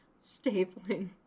stapling